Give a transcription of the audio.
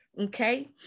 Okay